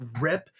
rip